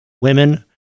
women